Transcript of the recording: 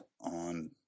on